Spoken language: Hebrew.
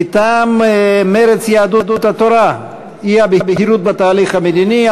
מטעם מרצ ויהדות התורה: האי-בהירות בתהליך המדיני.